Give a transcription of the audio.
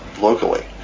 locally